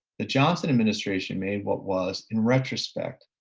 the johnson administration made what was in retrospect,